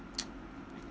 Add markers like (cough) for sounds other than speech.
(noise)